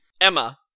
Emma